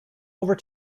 over